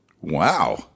Wow